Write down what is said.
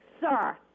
sir